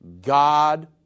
God